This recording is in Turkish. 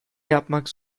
yapmak